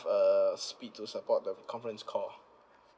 uh speed to support the conference call